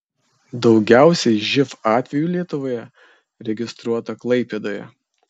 daugiausiai živ atvejų lietuvoje registruota klaipėdoje